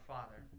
Father